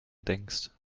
denkst